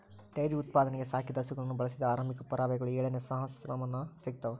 dairy ಉತ್ಪಾದನೆಗೆ ಸಾಕಿದ ಹಸುಗಳನ್ನು ಬಳಸಿದ ಆರಂಭಿಕ ಪುರಾವೆಗಳು ಏಳನೇ ಸಹಸ್ರಮಾನ ಸಿಗ್ತವ